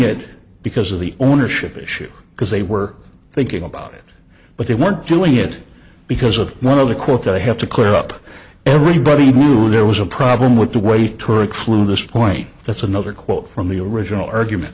it because of the ownership issue because they were thinking about it but they weren't doing it because of one of the quote that i have to clear up everybody who are there was a problem with the way to a crew of this point that's another quote from the original argument